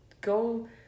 go